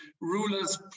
rulers